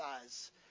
size